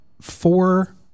four